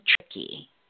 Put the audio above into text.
tricky